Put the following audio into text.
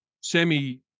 semi-